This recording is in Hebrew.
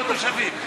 לא תושבים,